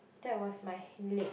that was my leg